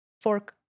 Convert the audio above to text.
fork